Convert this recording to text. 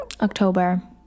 October